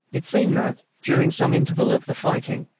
it seemed that, during some interval of the fighting,